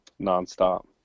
nonstop